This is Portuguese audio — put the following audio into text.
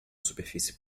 superfície